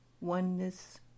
oneness